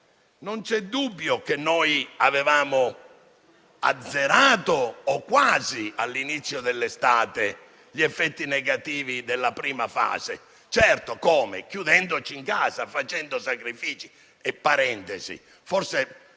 non c'è dubbio che noi avevamo azzerato o quasi, all'inizio dell'estate, gli effetti negativi della prima fase. Certo, ma come? Lo abbiamo fatto chiudendoci in casa e facendo sacrifici. Tra parentesi,